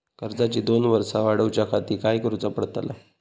कर्जाची दोन वर्सा वाढवच्याखाती काय करुचा पडताला?